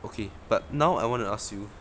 okay but now I want to ask you